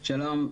שלום.